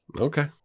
Okay